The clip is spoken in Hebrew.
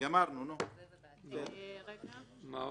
נרצה רק